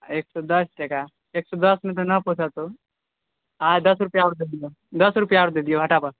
एक सए दस टका एक सए दसमे तऽ नहि पोसेतहु दस रुपैआ आर दए दिहो दस रुपैआ आर दए दिहो हटाबह